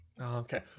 okay